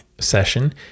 session